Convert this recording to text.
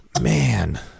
man